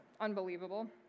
unbelievable